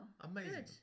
Amazing